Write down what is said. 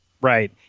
Right